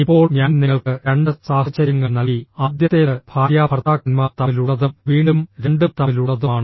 ഇപ്പോൾ ഞാൻ നിങ്ങൾക്ക് രണ്ട് സാഹചര്യങ്ങൾ നൽകി ആദ്യത്തേത് ഭാര്യാഭർത്താക്കന്മാർ തമ്മിലുള്ളതും വീണ്ടും രണ്ടും തമ്മിലുള്ളതുമാണ്